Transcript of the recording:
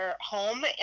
home